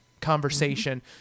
conversation